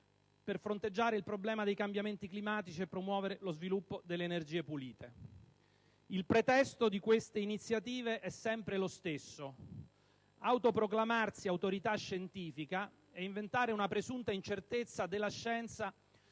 per fronteggiare il problema dei cambiamenti climatici e promuovere lo sviluppo delle energie pulite. Il pretesto di queste iniziative è sempre lo stesso: autoproclamarsi autorità scientifica e inventare una presunta incertezza della scienza